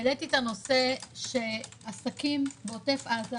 והעליתי את הנושא שעסקים בעוטף עזה